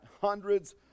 Hundreds